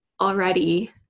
already